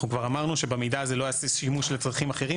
אנחנו כבר אמרנו שבמידע הזה לא ייעשה שימוש לצרכים אחרים,